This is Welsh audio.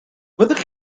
fyddech